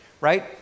right